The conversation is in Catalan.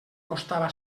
costava